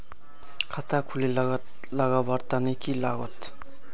खाता खोले लगवार तने की लागत?